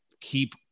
keep